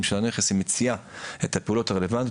של הנכס היא מציעה את הפעולות הרלוונטיות.